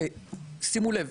שימו לב,